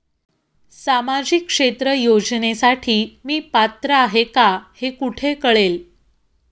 सामाजिक क्षेत्र योजनेसाठी मी पात्र आहे का हे कुठे कळेल?